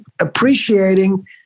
appreciating